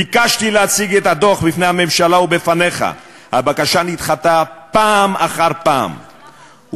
ביקשתי להציג את הדוח בפני הממשלה ובפניך והבקשה נדחתה פעם אחר פעם.